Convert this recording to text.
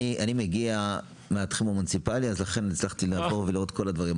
אני מגיע מהתחום המוניציפאלי אז לכן הצלחתי ל --- והייתי